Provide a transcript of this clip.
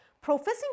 professing